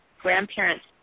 grandparents